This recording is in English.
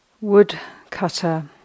woodcutter